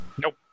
Nope